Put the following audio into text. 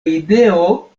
ideo